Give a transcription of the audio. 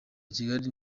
kigali